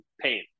pain